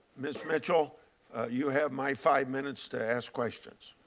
mrs. mitchell you have my five minutes to ask questions.